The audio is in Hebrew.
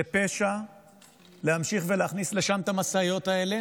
זה פשע להמשיך ולהכניס לשם את המשאיות האלה